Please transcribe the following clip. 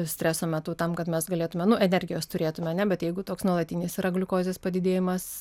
streso metu tam kad mes galėtume nu energijos turėtume ar ne bet jeigu toks nuolatinis yra gliukozės padidėjimas